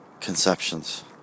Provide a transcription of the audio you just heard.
conceptions